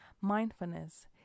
mindfulness